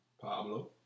Pablo